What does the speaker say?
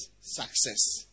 success